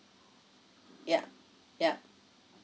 yup yup